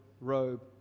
robe